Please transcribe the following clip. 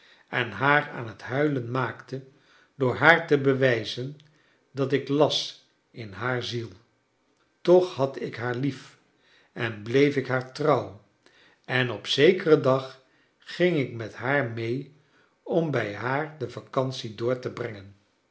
en haar aan het huilen maa'kte door haar te bewijzen dat ik las in tiaar ziel toch had ik haar lief en bleef ik haar trouw en op zekeren dag ging ik met haar mee om bij haar de vacantie door te brengen